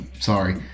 Sorry